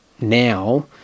now